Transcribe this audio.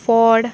ford